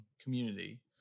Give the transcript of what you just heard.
community